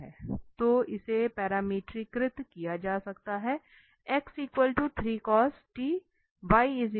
तो इसे पैरामीटरीकृत किया जा सकता है x 3 cos t y 3 sin t z 3